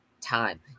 time